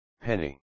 Penny